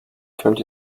könnt